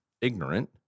ignorant